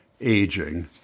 aging